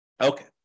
Okay